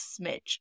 Smidge